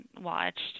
watched